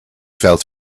fell